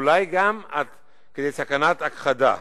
ואולי גם עד כדי סכנת הכחדה.